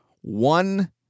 one